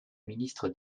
ministre